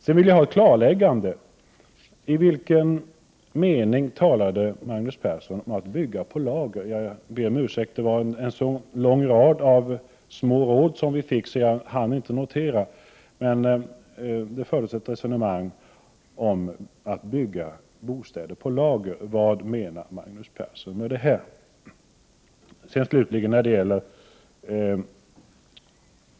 Jag vill vidare ha ett klarläggande på en punkt. Det var så många små råd som vi fick att jag inte hann att notera, men det Magnus Persson talade om att bygga bostäder på lager. Vad menar Magnus Persson med det?